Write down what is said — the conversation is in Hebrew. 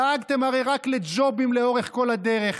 דאגתם הרי רק לג'ובים לאורך כל הדרך.